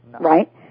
Right